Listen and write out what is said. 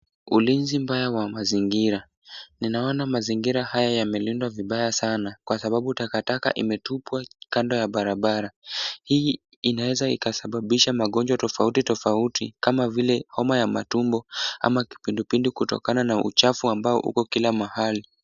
Ulinzi mbaya wa mazingira. Ninaona mazingira haya yamelindwa vibaya sana, kwa sababu takataka imetupwa kando ya barabara. Hii inaweza sababisha magonjwa tofauti tofauti kama vile homa ya matumbo ama kipindupindu kutokana na uchafu uko kila mahali.